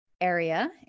area